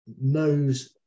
knows